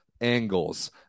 angles